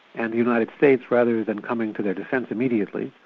and the united states, rather than coming to their defence immediately,